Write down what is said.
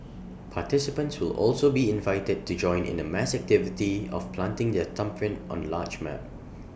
participants will also be invited to join in A mass activity of planting their thumbprint on A large map